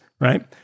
right